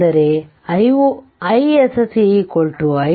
ಅಂದರೆ i sc i2 2